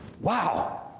wow